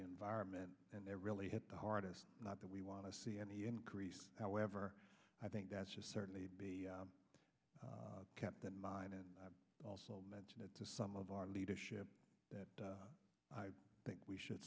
environment and they're really hit the hardest not that we want to see any increase however i think that's just certainly kept in mind and i also mentioned it to some of our leadership that i think we should